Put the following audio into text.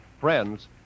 Friends